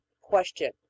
Question